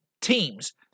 teams